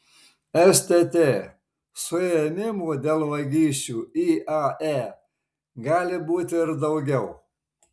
stt suėmimų dėl vagysčių iae gali būti ir daugiau